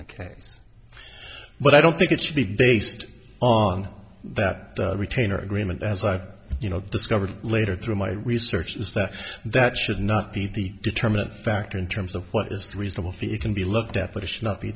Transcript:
the case but i don't think it should be based on that retainer agreement as i you know discovered later through my research is that that should not be the determinant factor in terms of what is the reasonable fee it can be looked at but it should not be